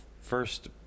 first